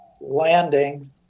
landing